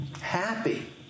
Happy